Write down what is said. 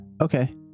Okay